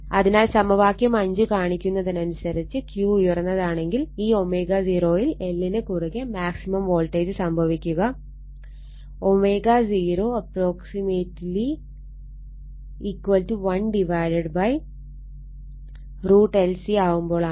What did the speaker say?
അതിനാൽ സമവാക്യം കാണിക്കുന്നതനുസരിച്ച് Q ഉയർന്നതാണെങ്കിൽ ഈ ω0 യിൽ L ന് കുറുകെ മാക്സിമം വോൾട്ടേജ് സംഭവിക്കുക ω0 ≅ 1√L C ആവുമ്പോളാണ്